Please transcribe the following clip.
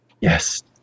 Yes